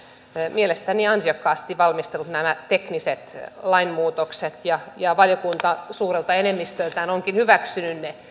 mielestäni ansiokkaasti valmistellut nämä tekniset lainmuutokset ja valiokunta suurelta enemmistöltään onkin hyväksynyt ne